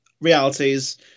realities